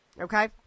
Okay